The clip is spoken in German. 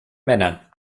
männern